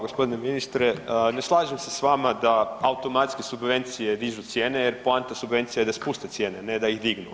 Gospodine ministre, ne slažem se s vama da automatski subvencije dižu cijene jer poanta subvencije je da spuste cijene, ne da ih dignu.